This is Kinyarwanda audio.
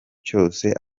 cyose